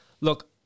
Look